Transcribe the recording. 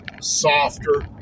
softer